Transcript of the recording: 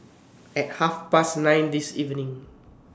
At Half Past nine This evening